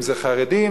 אם חרדים.